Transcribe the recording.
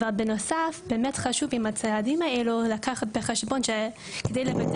אבל בנוסף באמת חשוב עם הצעדים האלו לקחת בחשבון שכדי לוודא